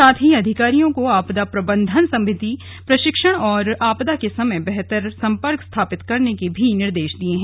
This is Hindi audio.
साथ ही अधिकारियों को आपदा प्रबंधन संबंधी प्रशिक्षण और आपदा के समय बेहतर संपर्क स्थापित करने के निर्देश भी दिए गए हैं